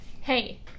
Hey